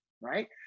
right